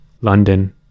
London